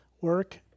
work